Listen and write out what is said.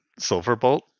Silverbolt